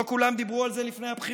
לא דיברו על זה כולם לפני הבחירות?